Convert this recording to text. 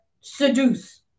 seduce